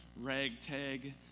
ragtag